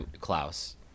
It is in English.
Klaus